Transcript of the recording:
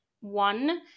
one